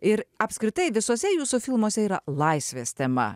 ir apskritai visuose jūsų filmuose yra laisvės tema